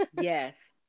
Yes